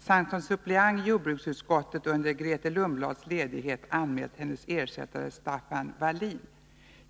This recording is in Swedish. samt som suppleant i jordbruksutskottet under Grethe Lundblads ledighet anmält hennes ersättare Staffan Vallin.